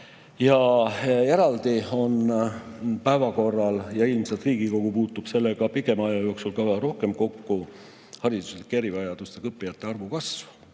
Ja eraldi on päevakorral – ilmselt Riigikogu puutub sellega pikema aja jooksul ka üha rohkem kokku – hariduslike erivajadustega õpilaste arvu kasv.